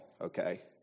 okay